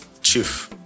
chief